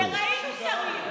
וראינו שרים.